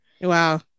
Wow